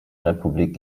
republik